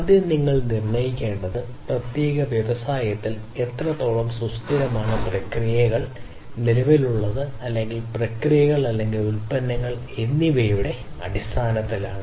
ആദ്യം നിങ്ങൾ നിർണയിക്കേണ്ടത് പ്രത്യേക വ്യവസായത്തിൽ എത്രത്തോളം സുസ്ഥിരമാണ് പ്രക്രിയകൾ നിലവിലുള്ളത് അല്ലെങ്കിൽ പ്രക്രിയകൾ അല്ലെങ്കിൽ ഉൽപന്നങ്ങൾ എന്നിവയുടെ അടിസ്ഥാനത്തിലാണ്